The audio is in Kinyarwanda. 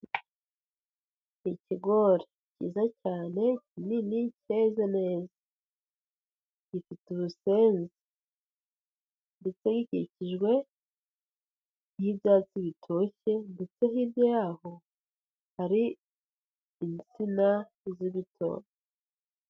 Ikigori cyiza cyane kinini cyeze neza. Gifite ubusenzi ndetse gikikijwe n'ibyatsi bitoshye. Ndetse hirya y'aho hari insina z'ibitoki.